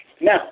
Now